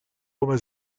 come